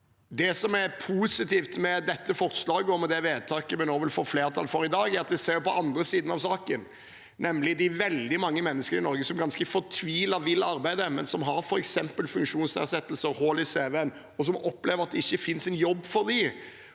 Det som er positivt med dette forslaget og med det forslaget til vedtak det nå vil bli flertall for i dag, er at vi ser på den andre siden av saken. Det er nemlig veldig mange mennesker i Norge som, ganske fortvilet, vil arbeide, men som har f.eks. en funksjonsnedsettelse eller hull i cv-en, og som opplever at det ikke finnes en jobb for dem.